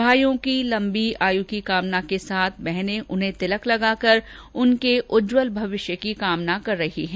भाईयों की लम्बी आयु की कामना के साथ बहने उन्हें तिलक लगा कर उनके उज्जवल भविष्य की कामना कर रही हैं